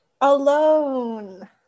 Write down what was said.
Alone